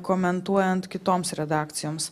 komentuojant kitoms redakcijoms